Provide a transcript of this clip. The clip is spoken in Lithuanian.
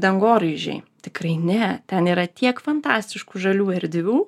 dangoraižiai tikrai ne ten yra tiek fantastiškų žalių erdvių